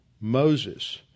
Moses